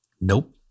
nope